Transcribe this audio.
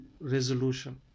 resolution